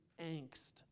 angst